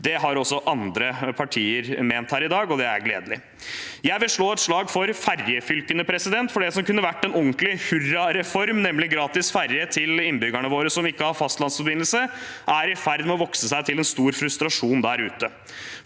Det har også andre partier ment her i dag, og det er gledelig. Jeg vil slå et slag for ferjefylkene, for det som kunne vært en ordentlig hurra-reform, nemlig gratis ferje til innbyggerne våre som ikke har fastlandsforbindelse, er i ferd med å vokse seg til en stor frustrasjon der ute.